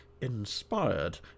inspired